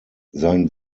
sein